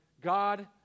god